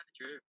true